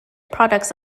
products